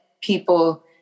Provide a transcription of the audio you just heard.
people